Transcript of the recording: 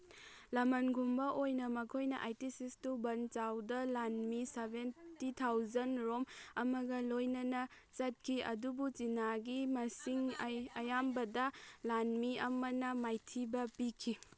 ꯂꯃꯟꯒꯨꯝꯕ ꯑꯣꯏꯅ ꯃꯈꯣꯏꯅ eighty six ꯇꯨ ꯕꯟ ꯆꯥꯎꯗ ꯂꯥꯟꯃꯤ ꯁꯕꯦꯟꯇꯤ ꯊꯥꯎꯖꯟ ꯔꯣꯝ ꯑꯃꯒ ꯂꯣꯏꯅꯅ ꯆꯠꯈꯤ ꯑꯗꯨꯕꯨ ꯆꯤꯅꯥꯒꯤ ꯃꯁꯤꯡ ꯑꯌꯥꯝꯕꯗ ꯂꯥꯟꯃꯤ ꯑꯃꯅ ꯃꯥꯏꯊꯤꯕ ꯄꯤꯈꯤ